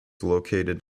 located